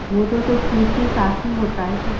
वह तो सिर्फ फ़ीस के साथ ही होता है सब